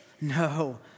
No